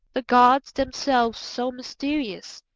the gods themselves so mysterious,